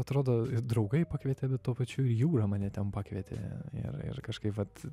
atrodo draugai pakvietė bet tuo pačiu ir jūra mane ten pakvietė ir ir kažkaip vat